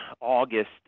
August